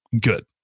good